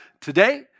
today